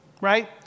right